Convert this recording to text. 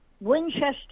Winchester